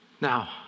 Now